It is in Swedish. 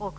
Det är många